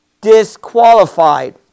disqualified